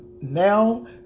now